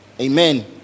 Amen